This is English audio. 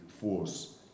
force